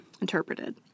interpreted